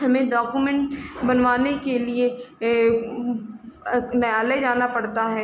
हमें डॉक्यूमेन्ट बनवाने के लिए न्यायालय जाना पड़ता है